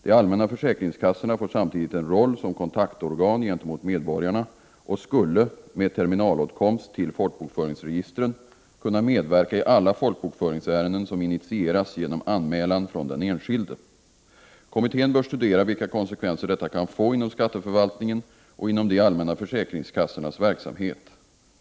De allmänna försäkringskassorna får samtidigt en roll som kontaktorgan gentemot medborgarna och skulle, med terminalåtkomst till folkbokföringsregistren, kunna medverka i alla folkbokföringsärenden som initieras genom anmälan från den enskilde. Kommittén bör studera vilka konsekvenser detta kan få inom skatteförvaltningen och inom de allmänna försäkringskassornas verksamhet.